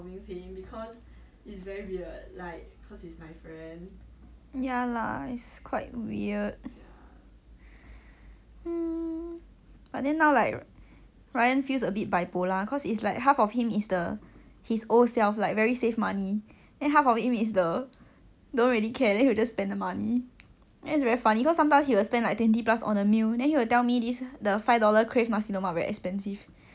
um but then now like ryan feels a bit bipolar cause it's like half of him is the his old self like very save money and half of it him is the don't really care then he will just spend the money and it's very funny because sometimes you will spend like twenty plus on a meal then he will tell me this the five dollar crave nasi lemak very expensive then I just like okay like he cannot switch cause it's like 他以前是很省钱的 then 他突然间又花钱